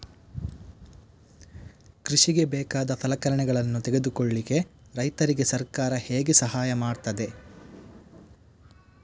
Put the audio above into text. ಕೃಷಿಗೆ ಬೇಕಾದ ಸಲಕರಣೆಗಳನ್ನು ತೆಗೆದುಕೊಳ್ಳಿಕೆ ರೈತರಿಗೆ ಸರ್ಕಾರ ಹೇಗೆ ಸಹಾಯ ಮಾಡ್ತದೆ?